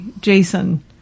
jason